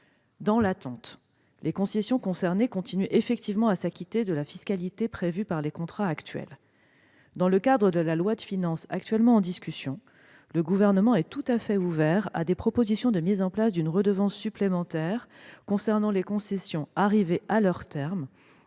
Dans l'attente, les concessions concernées continuent effectivement à s'acquitter de la fiscalité prévue par les contrats actuels. Dans le cadre du projet de loi de finances en discussion, le Gouvernement est tout à fait ouvert à des propositions de mise en place d'une redevance supplémentaire concernant les concessions arrivées à leur terme